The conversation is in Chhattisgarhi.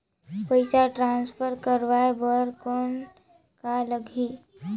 पइसा ट्रांसफर करवाय बर कौन का लगही?